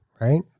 Right